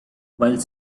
while